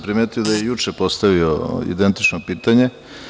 Primetio sam da je juče postavio identično pitanje.